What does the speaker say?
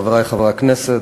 חברי חברי הכנסת,